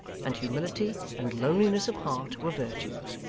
and humility and lowliness of heart were virtues.